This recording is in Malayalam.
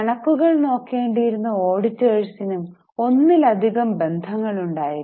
കണക്കുകൾ നോക്കേണ്ടിയിരുന്ന ഓഡിറ്റേഴ്സിനും ഒന്നിലധികം ബന്ധങ്ങൾ ഉണ്ടായിരുന്നു